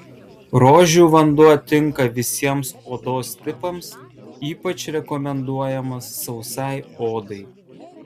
rožių vanduo tinka visiems odos tipams ypač rekomenduojamas sausai odai